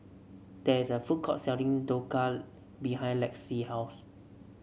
there is a food court selling Dhokla behind Lexi's house